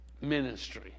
ministry